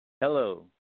Hello